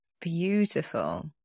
Beautiful